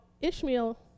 Ishmael